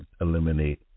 eliminate